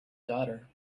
daughter